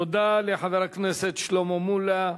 תודה לחבר הכנסת שלמה מולה.